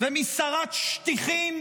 ומשרת שטיחים,